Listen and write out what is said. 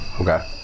Okay